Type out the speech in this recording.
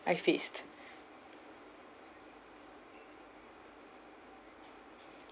I faced